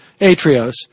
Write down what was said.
Atrios